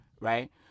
right